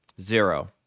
Zero